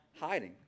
hiding